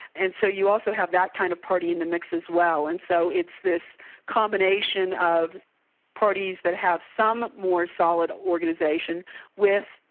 and so you also have that kind of party in the mix as well, and so it's this combination of parties that have some more solid organisation with,